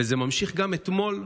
וזה ממשיך, גם אתמול,